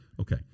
okay